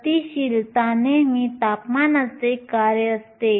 गतिशीलता नेहमी तापमानाचे कार्य असते